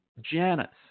Janice